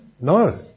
No